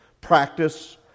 practice